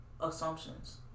assumptions